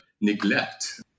neglect